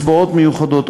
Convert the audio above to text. הצבעות מיוחדות,